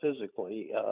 physically